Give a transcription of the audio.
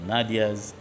Nadia's